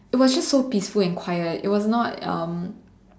it was just so peaceful and quiet it was not um